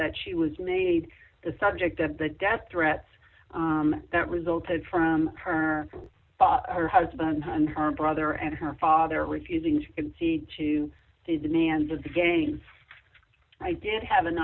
that she was made the subject of the death threats that resulted from her husband and her brother and her father refusing to concede to the demands of the gangs i did have an